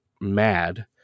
mad